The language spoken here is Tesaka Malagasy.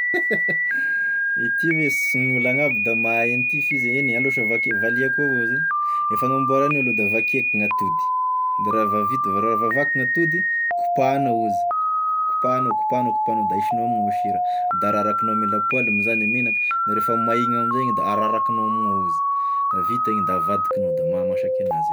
Ity ve sy gn'olo agn'aby da mahay an'ity, f'izy e, aleo fa savak- valiako avao zegny, e fagnamboara an'io lo da vakiako gn'atody, de refa vita- ra fa vaky gn'atody kopahanao izy, kopahanao, kopahanao, kopahanao da ahisignao amign'ao e sira, da ararakignao ame lapoaly moa zany e menaka da refa may igny amzay igny da ararakignao amign'ao izy, da vita igny da avadikinao da mahamasaky an'azy i zay.